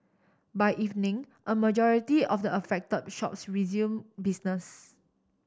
by evening a majority of the affected shops resumed business